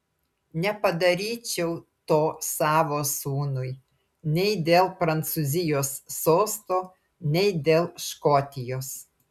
nepadaryčiau to savo sūnui nei dėl prancūzijos sosto nei dėl škotijos